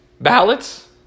Ballots